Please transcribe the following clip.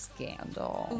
Scandal